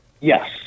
Yes